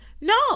no